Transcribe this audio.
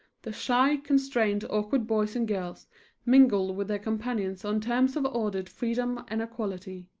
the shy, constrained, awkward boys and girls mingle with their companions on terms of ordered freedom and equality.